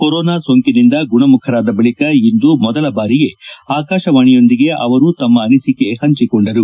corona ಸೋಂಕಿನಿಂದ ಗುಣಮುಖರಾದ ಬಳಿಕ ಇಂದು ಮೊದಲ ಬಾರಿಗೆ ಆಕಾಶವಾಣಿಯೊಂದಿಗೆ ಅವರು ತಮ್ಮ ಅನಿಸಿಕೆ ಹಂಚಿಕೊಂಡರು